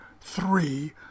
three